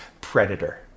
Predator